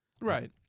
Right